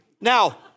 Now